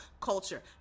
culture